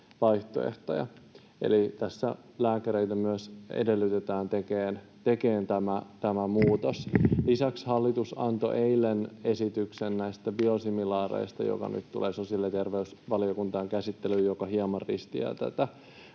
eli tässä lääkäreitä myös edellytetään tekemään tämä muutos. Lisäksi hallitus antoi eilen näistä biosimilaareista esityksen, joka nyt tulee sosiaali- ja terveysvaliokuntaan käsittelyyn ja hieman risteää tätä.